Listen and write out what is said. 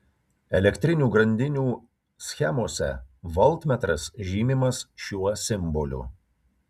elektrinių grandinių schemose voltmetras žymimas šiuo simboliu